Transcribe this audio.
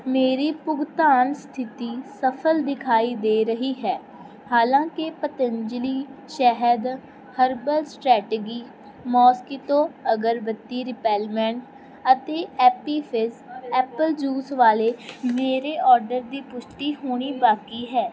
ਮੇਰੀ ਭੁਗਤਾਨ ਸਥਿਤੀ ਸਫਲ ਦਿਖਾਈ ਦੇ ਰਹੀ ਹੈ ਹਾਲਾਂਕਿ ਪਤੰਜਲੀ ਸ਼ਹਿਦ herbal strategy mosquito agarbatti repellent ਅਤੇ ਐਪੀ ਫਿਜ਼ ਐਪਲ ਜੂਸ ਵਾਲੇ ਮੇਰੇ ਆਰਡਰ ਦੀ ਪੁਸ਼ਟੀ ਹੋਣੀ ਬਾਕੀ ਹੈ